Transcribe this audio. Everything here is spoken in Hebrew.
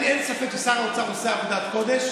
אין לי ספק ששר האוצר עושה עבודת קודש